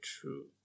True